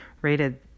rated